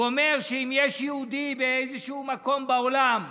הוא אומר שאם יש יהודי באיזשהו מקום בעולם,